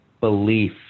belief